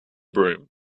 broom